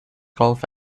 golf